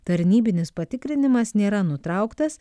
tarnybinis patikrinimas nėra nutrauktas